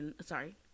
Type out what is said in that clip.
sorry